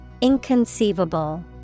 Inconceivable